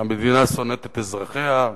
שהמדינה שונאת את אזרחיה,